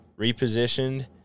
repositioned